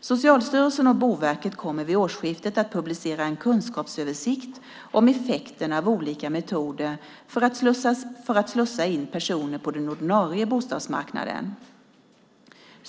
Socialstyrelsen och Boverket kommer vid årsskiftet att publicera en kunskapsöversikt om effekten av olika metoder för att slussa in personer på den ordinarie bostadsmarknaden.